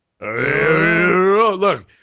Look